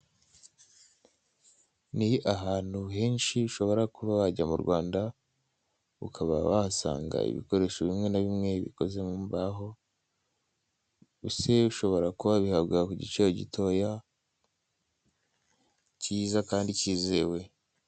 Ni ahantu henshi ushobora kuba wajya mu Rwanda ukaba wahasanga ibikoresho bimwe na bimwe ibikoze mu mbaho, ndetse ushobora kuba bihabwa ku giciro gitoya kiza kandi kizewe.